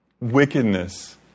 wickedness